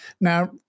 Now